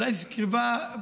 אולי זאת לא קרבה ראשונה.